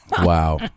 Wow